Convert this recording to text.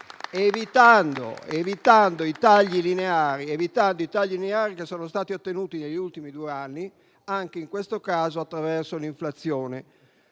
evitando i tagli lineari che sono stati ottenuti negli ultimi due anni, anche in questo caso attraverso l'inflazione.